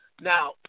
Now